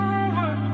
over